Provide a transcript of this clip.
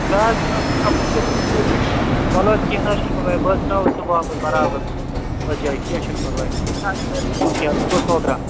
نہ حظ وَل حظ کیٚنہہ نہٕ حظ چھِنہٕ پرواے بہٕ حظ ترٛاوَتھ ژٕ واپَس برابر تَتھ جایہِ کیٚنہہ چِھنہٕ پرواے بییہِ چھا اَسہِ لایِق حُکما کہیٚنہ بہٕ گوس نوکرا